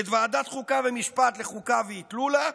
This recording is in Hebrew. את ועדת חוקה ומשפט, לחוכא ואיטלולה,